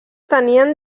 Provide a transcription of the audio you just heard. tenien